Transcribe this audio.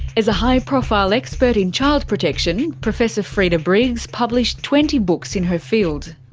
as a high profile expert in child protection, professor freda briggs published twenty books in her field.